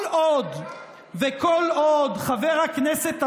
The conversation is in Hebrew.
אמסלם, וכל עוד חבר הכנסת אמסלם,